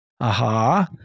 Aha